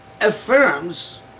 affirms